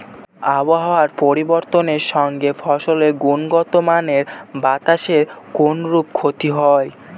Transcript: আবহাওয়ার পরিবর্তনের সঙ্গে ফসলের গুণগতমানের বাতাসের কোনরূপ ক্ষতি হয়?